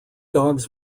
dogs